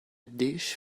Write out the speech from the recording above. dish